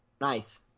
nice